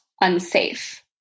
unsafe